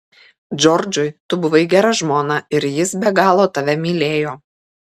džordžui tu buvai gera žmona ir jis be galo tave mylėjo